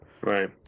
Right